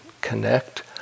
connect